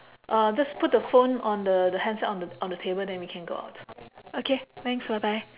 uh just put the phone on the the handset on the table then we can go out okay thanks bye bye